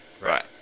right